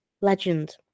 legend